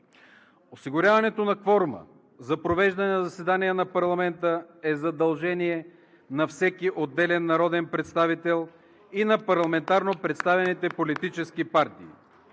Осигуряването на кворума за провеждане на заседание на парламента е задължение на всеки отделен народен представител и на парламентарно представените политически партии.